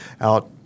out